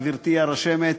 גברתי הרשמת,